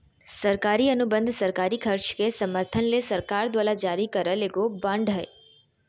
सरकारी अनुबंध सरकारी खर्च के समर्थन ले सरकार द्वारा जारी करल एगो बांड हय